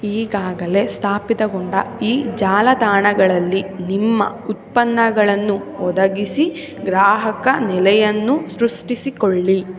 ಈಗಾಗಲೇ ಸ್ಥಾಪಿತಗೊಂಡ ಈ ಜಾಲತಾಣಗಳಲ್ಲಿ ನಿಮ್ಮ ಉತ್ಪನ್ನಗಳನ್ನು ಒದಗಿಸಿ ಗ್ರಾಹಕ ನೆಲೆಯನ್ನು ಸೃಷ್ಟಿಸಿಕೊಳ್ಳಿ